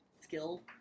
skill